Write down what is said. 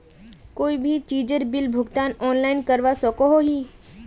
कोई भी चीजेर बिल भुगतान ऑनलाइन करवा सकोहो ही?